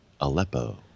Aleppo